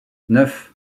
neuf